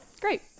Great